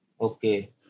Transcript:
Okay